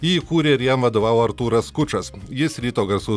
jį įkūrė ir jam vadovavo artūras skučas jis ryto garsų